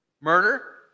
Murder